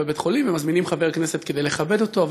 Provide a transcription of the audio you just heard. בבית-חולים ומזמינים חבר כנסת כדי לכבד אותו,